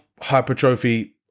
hypertrophy